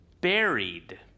buried